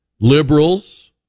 liberals